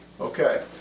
Okay